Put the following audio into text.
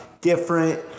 different